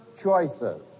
choices